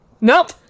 nope